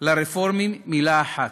לרפורמים מילה אחת: